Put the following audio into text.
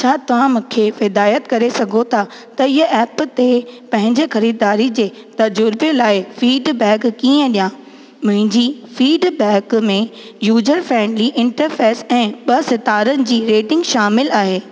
छा तव्हां मूंखे हिदाइत करे सघो था त हीअ एप ते पंहिंजे ख़रीदारी जे तजुर्बे लाइ फ़ीडबैक कीअं ॾियां मुंहिंजी फ़ीडबैक में यूजर फ्रेंडली इंटरफेस ऐं ॿ सितारनि जी रेटिंग शामिलु आहे